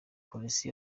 polisi